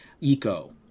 eco